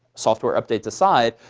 software updates aside.